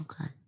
Okay